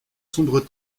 sombres